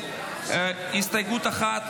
להסתייגות 1,